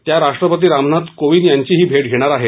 त्या राष्ट्रपती रामनाथ कोविंद यांचीही भेट घेणार आहेत